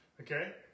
Okay